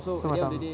so macam